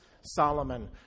Solomon